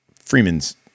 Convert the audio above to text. Freeman's